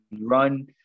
run